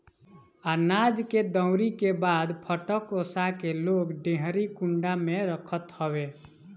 अनाज के दवरी के बाद फटक ओसा के लोग डेहरी कुंडा में रखत हवे